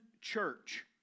church